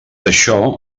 això